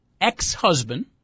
ex-husband